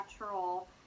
natural